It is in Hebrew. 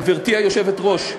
גברתי היושבת-ראש,